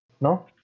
No